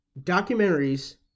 documentaries